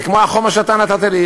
וכמו החומר שאתה נתת לי,